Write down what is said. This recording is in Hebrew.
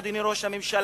אדוני ראש הממשלה,